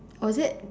oh is it